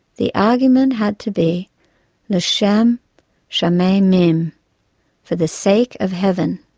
the argument had to be l'shem shamaymim for the sake of heaven.